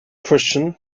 christian